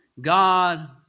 God